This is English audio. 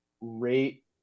rate